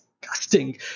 disgusting